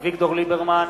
אביגדור ליברמן,